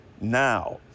now